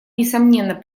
несомненно